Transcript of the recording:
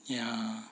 ya